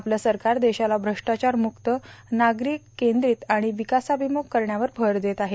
आपलं सरकार देशाला भ्रष्टाचार म्रक्त नागरिक केंद्रीय आणि विकासाभिम्रख करण्यावर भर देत आहे